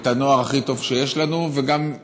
את הנוער הכי טוב שיש לנו, וגם,